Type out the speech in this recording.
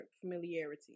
Familiarity